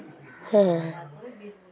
ᱦᱮᱸ ᱦᱮᱸ